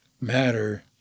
matter